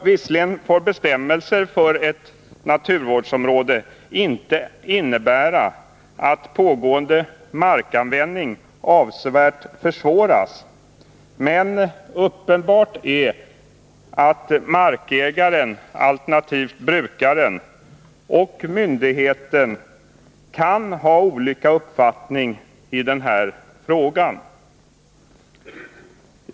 Visserligen får bestämmelser för ett naturvårdsområde inte innebära att ”pågående markanvändning avsevärt försvåras”, men uppenbart är att markägaren, alternativt brukaren, och myndigheterna kan ha olika uppfattning i den här frågan.